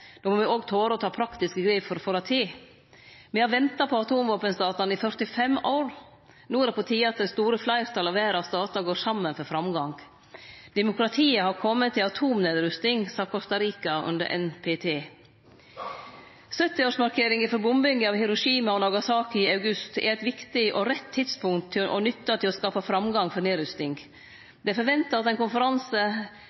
Då må me òg tore å ta praktiske grep for å få det til. Me har venta på atomvåpenstatane i 45 år. No er det på tide at det store fleirtalet av verdas statar går saman for framgang. «Demokratiet har kome til atomnedrusting», sa Costa Rica under NPT. 70-årsmarkeringa for bombinga av Hiroshima og Nagasaki i august er eit viktig og rett tidspunkt å nytte til å skape framgang for nedrusting.